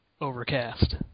overcast